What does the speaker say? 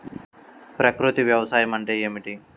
ప్రకృతి వ్యవసాయం అంటే ఏమిటి?